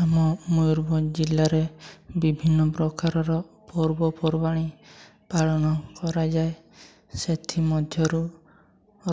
ଆମ ମୟୂରଭଞ୍ଜ ଜିଲ୍ଲାରେ ବିଭିନ୍ନ ପ୍ରକାରର ପର୍ବପର୍ବାଣି ପାଳନ କରାଯାଏ ସେଥିମଧ୍ୟରୁ